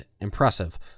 impressive